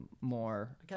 more